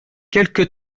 quelque